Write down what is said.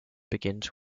begins